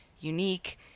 unique